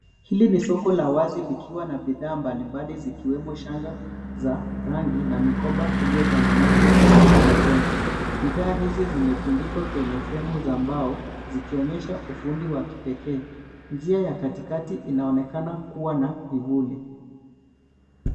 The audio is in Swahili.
Hili ni soko la wazi likiwa na bidhaa mbalimbali zikiwemo shanga za rangi na mikopo iliyotengenezwa kwa mikono. Bidhaa hizi zimetundikwa kwenye fremu za mbao zikionyesha ufundi wa kipekee. Njia ya katikati inaonekana kuwa na kivuli.